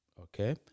okay